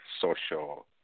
social